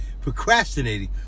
procrastinating